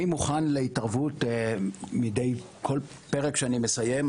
אני מוכן להתערבות מדי כל פרק שאני מסיים.